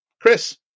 Chris